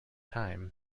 time